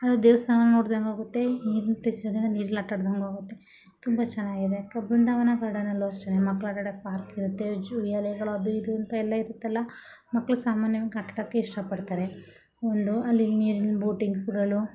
ಅದು ದೇವಸ್ಥಾನ ನೋಡ್ದಂತಾಗುತ್ತೆ ನೀರಿನ ನೀರಲ್ಲಿ ಆಟಾಡ್ದಂಗು ಆಗುತ್ತೆ ತುಂಬ ಚೆನ್ನಾಗಿದೆ ಕ ಬೃಂದಾವನ ಗಾರ್ಡನಲ್ಲೂ ಅಷ್ಟೆನೆ ಮಕ್ಕಳು ಆಟಾಡೋಕೆ ಪಾರ್ಕ್ ಇರುತ್ತೆ ಉಯ್ಯಾಲೆಗಳು ಅದೂ ಇದೂ ಅಂತ ಎಲ್ಲ ಇರುತ್ತಲ್ಲ ಮಕ್ಕಳು ಸಾಮಾನ್ಯವಾಗಿ ಆಟ ಆಡೋಕ್ಕೆ ಇಷ್ಟ ಪಡ್ತಾರೆ ಒಂದು ಅಲ್ಲಿ ನೀರಿನ ಬೋಟಿಂಗ್ಸ್ಗಳು